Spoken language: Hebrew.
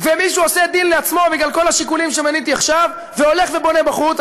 ומישהו עושה דין לעצמו בגלל כל השיקולים שמניתי עכשיו והולך ובונה בחוץ,